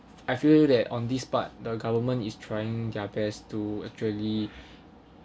I feel that on this part the government is trying their best to actually